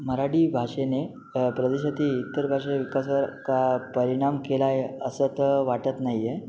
मराठी भाषेने प्रदेशातील इतर भाषाविकासावर का परिणाम केला आहे असं तर वाटत नाही आहे